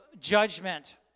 judgment